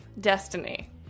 Destiny